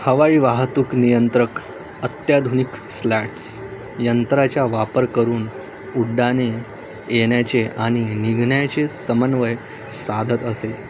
हवाई वाहतूक नियंत्रक अत्याधुनिक स्लॅट्स यंत्राच्या वापर करून उड्डाणे येण्याचे आणि निघण्याचे समन्वय साधत असे